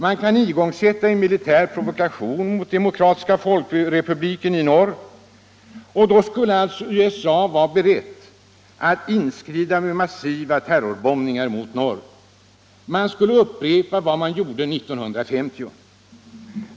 Man kan igångsätta en militär provokation mot Demokratiska folkrepubliken i norr, och då skulle alltså USA vara berett att inskrida med massiva terrorbombningar mot norr. Man skulle upprepa vad man gjorde 1950.